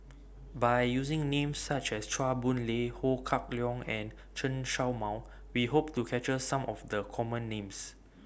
By using Names such as Chua Boon Lay Ho Kah Leong and Chen Show Mao We Hope to capture Some of The Common Names